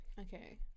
okay